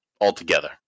altogether